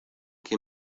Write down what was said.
qué